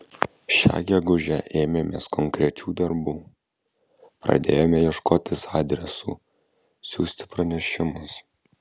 šią gegužę ėmėmės konkrečių darbų pradėjome ieškoti adresų siųsti pranešimus